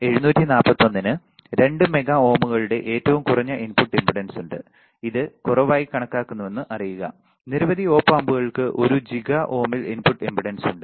LM741 ന് 2 mega ഓമുകളുടെ ഏറ്റവും കുറഞ്ഞ ഇൻപുട്ട് ഇംപെഡൻസ് ഉണ്ട് ഇത് കുറവായി കണക്കാക്കുന്നുവെന്ന് അറിയുക നിരവധി ഒപ് ആമ്പുകൾക്ക് 1 ജിഗാ ഓമ്മിൽ ഇൻപുട്ട് ഇംപെഡൻസ് ഉണ്ട്